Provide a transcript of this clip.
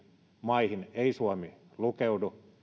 maihin ei suomi lukeudu